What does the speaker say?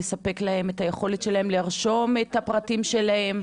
לספק להם את היכולת לרשום את הפרטים שלהם?